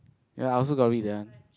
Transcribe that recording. ya I also got read that one